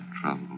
trouble